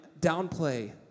downplay